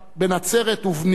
בן נצרת ובני"